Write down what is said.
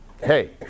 Hey